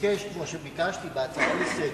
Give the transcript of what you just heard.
כמו שביקשתי בהצעה לסדר-היום,